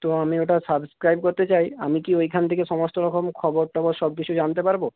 তো আমি ওটা সাবস্ক্রাইব করতে চাই আমি কি ওইখান থেকে সমস্ত রকম খবর টবর সব কিছু জানতে পারব